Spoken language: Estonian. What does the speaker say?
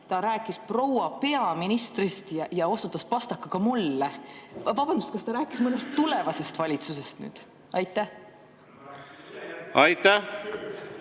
Ta rääkis proua peaministrist ja osutas pastakaga mulle. Vabandust, kas ta rääkis nüüd mõnest tulevasest valitsusest? (Saalist